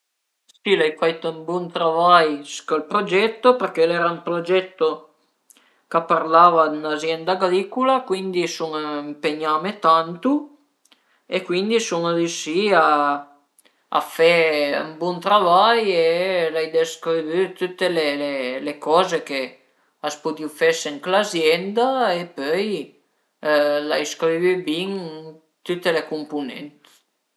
Ël me prim travai al e stait restauré le i mobi e a m'piazìa propi tantu përché a më cuinvulgìa ën cazin d'ure e cuindi riüsìu a purté a ca ün bun stipendi e cuindi a m'piazìa propi